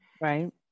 right